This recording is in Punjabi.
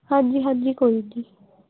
ਹਾਂਜੀ ਹਾਂਜੀ ਕੋਈ ਨਹੀਂ